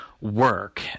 work